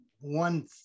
one